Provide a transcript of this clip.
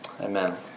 Amen